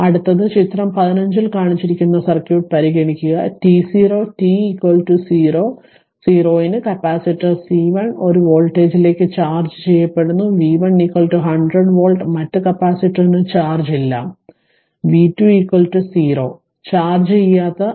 അടുത്തത് ചിത്രം 15 ൽ കാണിച്ചിരിക്കുന്ന സർക്യൂട്ട് പരിഗണിക്കുകt0 t 0 ന്കപ്പാസിറ്റർ C1 ഒരു വോൾട്ടേജിലേക്ക് ചാർജ്ജ് ചെയ്യപ്പെടുന്നു v1 100 വോൾട്ട് മറ്റ് കപ്പാസിറ്ററിന് ചാർജ് ഇല്ല v2 0 ചാർജ്ജ് ചെയ്യാത്ത ആണ്